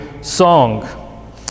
song